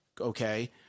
Okay